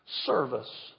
Service